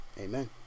Amen